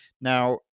now